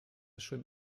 schon